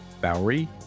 Bowery